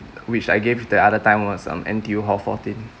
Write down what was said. which I gave the other time was um N_T_U hall fourteen